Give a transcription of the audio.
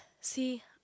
See